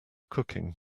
cooking